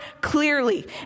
clearly